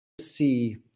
See